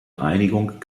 einigung